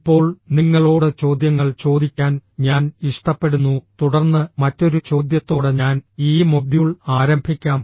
ഇപ്പോൾ നിങ്ങളോട് ചോദ്യങ്ങൾ ചോദിക്കാൻ ഞാൻ ഇഷ്ടപ്പെടുന്നു തുടർന്ന് മറ്റൊരു ചോദ്യത്തോടെ ഞാൻ ഈ മൊഡ്യൂൾ ആരംഭിക്കാം